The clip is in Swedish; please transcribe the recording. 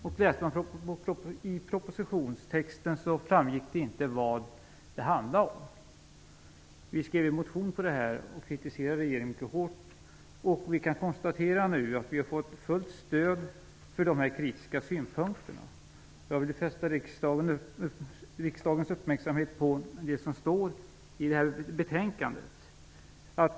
Det framgick inte heller av propositionstexten vad detta handlade om. Vi skrev en motion om detta och kritiserade regeringen mycket hårt. Vi kan nu konstatera att vi har fått fullt stöd för dessa kritiska synpunkter. Jag vill fästa riksdagens uppmärksamhet på det som står i detta betänkande.